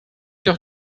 doch